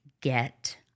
get